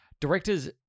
Directors